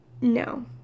no